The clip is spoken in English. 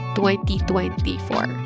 2024